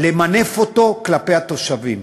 למנף אותו כלפי התושבים.